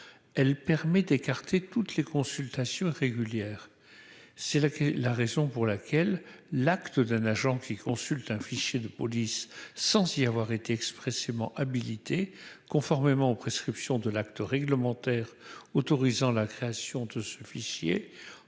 elle permet d'écarter toutes les consultations régulières, c'est là que la raison pour laquelle l'acte d'un agent qui consulte un fichier de police sans y avoir été expressément habilitée conformément aux prescriptions de l'acte réglementaire autorisant la création de ce fichier